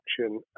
action